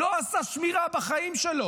לא עשה שמירה בחיים שלו.